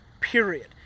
period